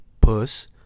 puss